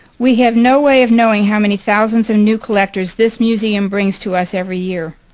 we have no way of knowing how many thousands and new collectors this museum brings to us every year.